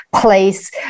place